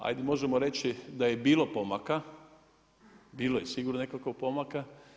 Hajde možemo reći da je bilo pomaka, bilo je sigurno nekakvog pomaka.